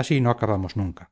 así no acabamos nunca